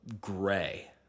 Gray